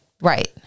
right